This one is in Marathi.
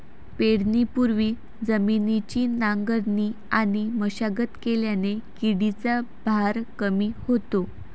पेरणीपूर्वी जमिनीची नांगरणी आणि मशागत केल्याने किडीचा भार कमी होतो